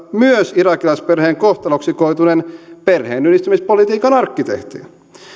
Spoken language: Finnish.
myös olivat irakilaisperheen kohtaloksi koituneen perheenyhdistämispolitiikan arkkitehtejä